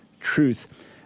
truth